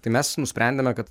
tai mes nusprendėme kad